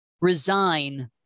resign